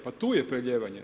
Pa tu je prelijevanje.